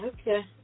Okay